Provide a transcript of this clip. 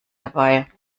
dabei